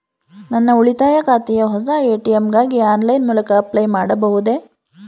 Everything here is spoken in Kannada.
ನನ್ನ ಉಳಿತಾಯ ಖಾತೆಯ ಹೊಸ ಎ.ಟಿ.ಎಂ ಗಾಗಿ ಆನ್ಲೈನ್ ಮೂಲಕ ಅಪ್ಲೈ ಮಾಡಬಹುದೇ?